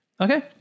Okay